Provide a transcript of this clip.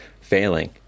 failing